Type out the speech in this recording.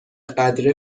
قدر